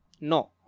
no